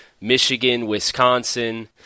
Michigan-Wisconsin